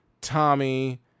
Tommy